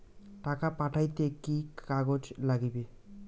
টাকা পাঠাইতে কি কাগজ নাগীবে?